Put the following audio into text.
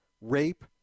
rape